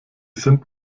sind